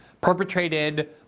perpetrated